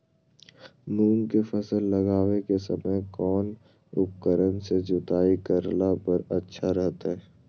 मूंग के फसल लगावे के समय कौन उपकरण से जुताई करला पर अच्छा रहतय?